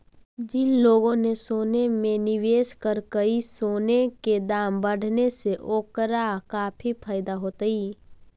जिन लोगों ने सोने में निवेश करकई, सोने के दाम बढ़ने से ओकरा काफी फायदा होतई